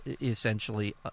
essentially